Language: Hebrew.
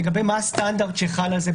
לגבי הסטנדרט שחל על זה.